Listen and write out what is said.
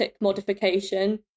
modification